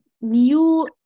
new